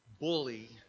bully